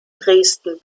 dresden